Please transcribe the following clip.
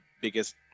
biggest